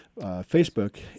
Facebook